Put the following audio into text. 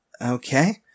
Okay